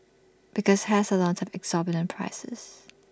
because hair salons have exorbitant prices